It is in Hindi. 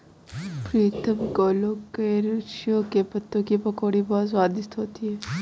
प्रीतम कोलोकेशिया के पत्तों की पकौड़ी बहुत स्वादिष्ट होती है